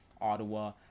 Ottawa